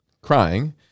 crying